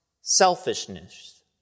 selfishness